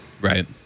Right